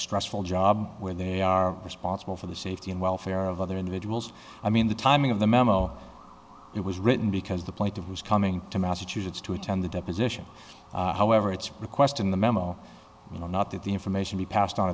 stressful job where they are responsible for the safety and welfare of other individuals i mean the timing of the memo it was written because the plaintiff was coming to massachusetts to attend the deposition however its request in the memo you know not that the information be passed on